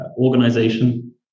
Organization